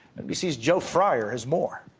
nbc's joe fryar has more.